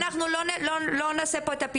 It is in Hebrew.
הם לא יודעים בכלל מה עלה בוועדה.